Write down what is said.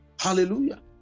Hallelujah